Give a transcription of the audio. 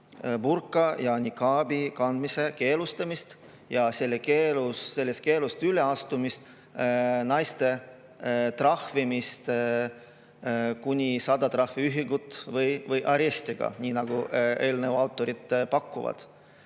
ja nikaabi kandmise keelustamist ja sellest keelust üle astunud naiste trahvimist kuni 100 trahviühiku või arestiga, nii nagu eelnõu autorid pakuvad.